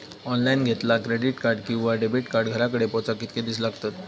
Online घेतला credit card किंवा debit card घराकडे पोचाक कितके दिस लागतत?